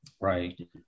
Right